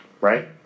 right